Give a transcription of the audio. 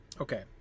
Okay